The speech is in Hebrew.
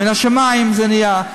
מן השמים זה נהיה.